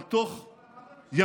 אבל תוך ימים,